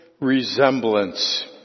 resemblance